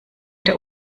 der